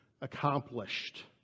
accomplished